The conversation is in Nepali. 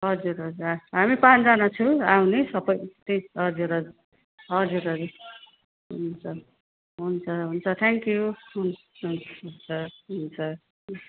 हजुर हजुर हामी पाँचजना छौँ आउने सबै हजुर हजुर हजुर हजुर हुन्छ हुन्छ थ्याङ्कयू हुन्छ हुन्छ हुन्छ हुन्छ